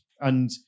And-